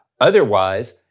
Otherwise